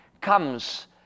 comes